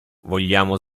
vogliamo